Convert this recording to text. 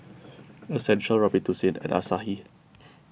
Essential Robitussin and Asahi